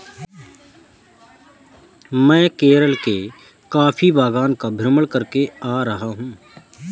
मैं केरल के कॉफी बागान का भ्रमण करके आ रहा हूं